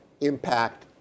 impact